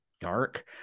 dark